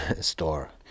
store